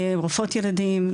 רופאות ילדים,